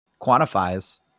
quantifies